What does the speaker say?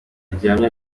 gihamya